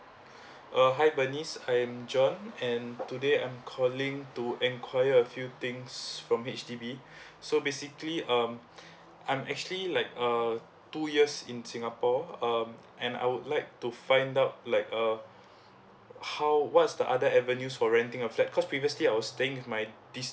uh hi bernice I am john and today I'm calling to inquire a few things from H_D_B so basically um I'm actually like uh two years in singapore um and I would like to find out like uh how what's the other avenues for renting a flat cause previously I was staying with my